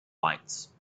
lights